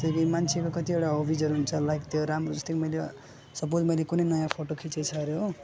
जस्तो कि मान्छेको कतिवटा हबिजहरू हुन्छ लाइक त्यो राम्रो जस्तै मैले सपोज मैले कुनै नयाँ फोटो खिचेछ अरे हो